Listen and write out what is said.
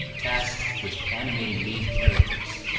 tasked with animating lead characters.